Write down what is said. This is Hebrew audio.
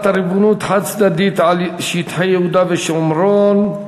ריבונות חד-צדדית על שטחי יהודה ושומרון,